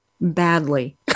badly